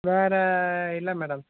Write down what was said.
வேற இல்லை மேடம்